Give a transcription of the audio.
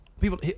people